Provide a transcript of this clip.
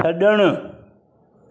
छड॒णु